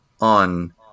on